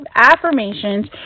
affirmations